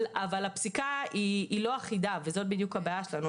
אבל הפסיקה לא אחידה, וזו בדיוק הבעיה שלנו.